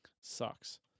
Sucks